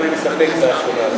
אבל אני מסתפק בתשובה הזו.